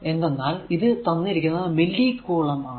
എന്തെന്നാൽ ഇത് തന്നിരിക്കുന്നത് മില്ലി കുളം ആണ്